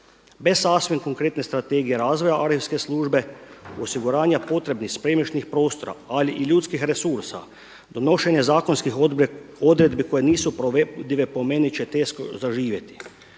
Bez sasvim konkretne strategije razvoja arhivske službe, osiguranja potrebnih spremišnih prostora ali i ljudskih resursa donošenje zakonskih odredbi koje nisu provedive po meni će teško zaživjeti.